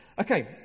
Okay